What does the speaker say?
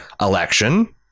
election